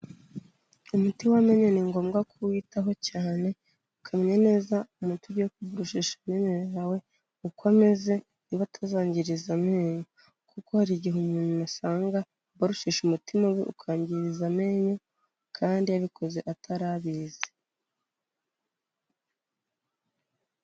Imiti wamenye ni ngombwa kuwitaho cyane, ukamenya neza umuti ugiye kuboroshesha amenyo yawe, uko ameze, niba utazangiriza amenyo, kuko hari igihe umuntu asanga aboroshesha umuti mubi ukangiriza amenyo, kandi yabikoze atari abizi.